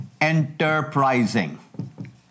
enterprising